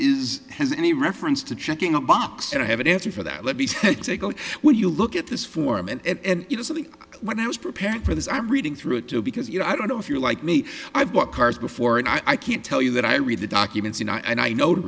is has any reference to checking a box and i have an answer for that let me take a go when you look at this form and you know something when i was prepared for this i'm reading through it too because you know i don't know if you're like me i've bought cars before and i can't tell you that i read the documents and i know to